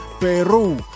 Peru